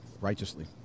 righteously